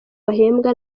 bahembwa